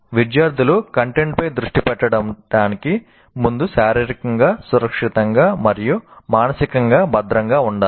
విద్యార్థులు కంటెంట్పై దృష్టి పెట్టడానికి ముందు శారీరకంగా సురక్షితంగా మరియు మానసికంగా భద్రంగా ఉండాలి